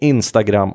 Instagram